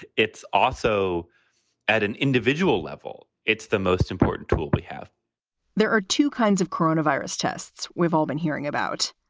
it's also at an individual level. it's the most important tool we have there are two kinds of coronavirus tests. we've all been hearing about.